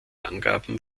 angaben